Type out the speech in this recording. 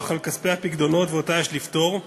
על כספי הפיקדונות ויש לפתור אותה.